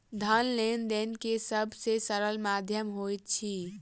धन लेन देन के सब से सरल माध्यम होइत अछि